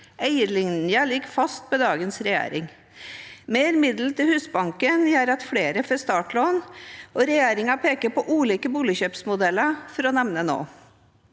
Eierlinjen ligger fast med dagens regjering. Mer midler til Husbanken gjør at flere får startlån, og regjeringen peker på ulike boligkjøpsmodeller, for å nevne noe.